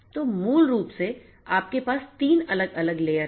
तो मूल रूप से आपके पास 3 अलग अलग लेयर हैं